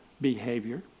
behavior